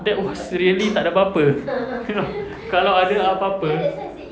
that was really tak ada apa-apa you know kalau ada apa-apa